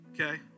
Okay